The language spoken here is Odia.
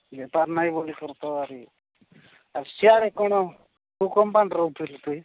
ବେପାର୍ ନାଇଁ ବୋଲି କରତ ଆହୁରି ଆଉ ସିିଆଡ଼େ କ'ଣ କୁ କମ୍ପାଉଣ୍ଡର ଥିଲୁ ତୁଇ